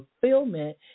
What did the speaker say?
fulfillment